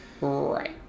right